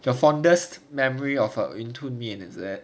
the fondest memory of her 云吞面 is it